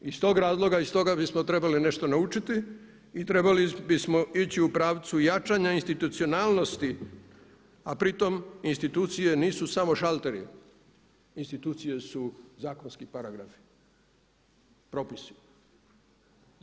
Iz tog razloga i iz toga bismo trebali nešto naučiti i trebali bismo ići u pravcu jačanja institucionalnosti, a pritom institucije nisu samo šalteri, institucije su jakosni paragraf, propisi.